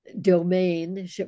domain